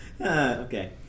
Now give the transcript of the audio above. Okay